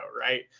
right